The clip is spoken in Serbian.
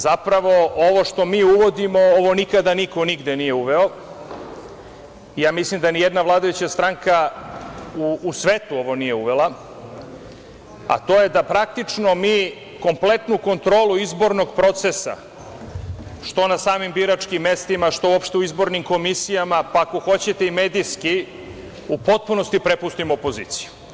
Zapravo, ovo što mi uvodimo, ovo nikada niko nije uveo i ja mislim da nijedna vladajuća stranka u svetu ovo nije uvela, a to je da praktično mi kompletnu kontrolu izbornog procesa, što na samim biračkim mestima, što uopšte u izbornim komisijama, pa ako hoćete, i medijski u potpunosti prepustimo opoziciji.